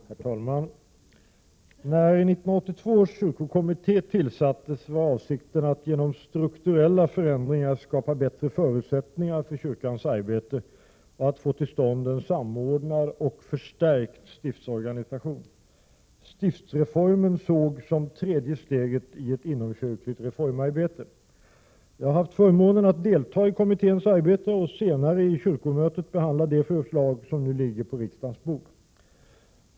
Herr talman! När 1982 års kyrkokommitté tillsattes var avsikten att genom strukturella förändringar skapa bättre förutsättningar för kyrkans arbete och att få till stånd en samordnad och förstärkt stiftsorganisation. Stiftsreformen sågs som tredje steget i ett inomkyrkligt reformarbete. Jag har haft förmånen att delta i kommitténs arbete och senare i kyrkomötets behandling av de förslag som nu ligger på riksdagens bord.